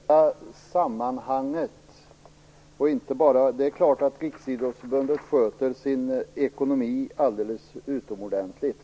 Fru talman! Man måste se hela sammanhanget. Det är klart att Riksidrottsförbundet sköter sin ekonomi alldeles utomordentligt.